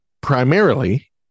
primarily